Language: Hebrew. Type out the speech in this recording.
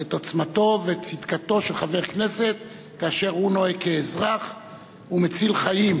את עוצמתו וצדקתו של חבר הכנסת כאשר הוא נוהג כאזרח ומציל חיים,